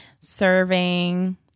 serving